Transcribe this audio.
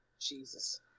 Jesus